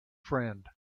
friend